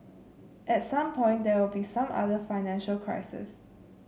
at some point there will be some other financial crises